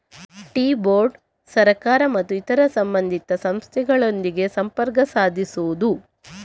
tea board ಸರ್ಕಾರ ಮತ್ತು ಇತರ ಸಂಬಂಧಿತ ಸಂಸ್ಥೆಗಳೊಂದಿಗೆ ಸಂಪರ್ಕ ಸಾಧಿಸುವುದು